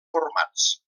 formats